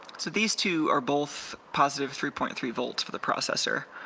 so these two are both positive three point three volts for the processor.